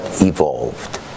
evolved